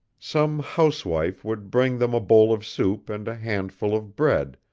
some housewife would bring them a bowl of soup and a handful of bread,